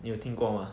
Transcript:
你有听过吗